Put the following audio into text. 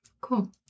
cool